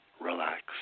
relax